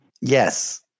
Yes